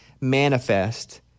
Manifest